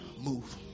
move